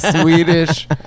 Swedish